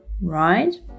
right